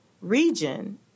region